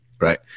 Right